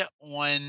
on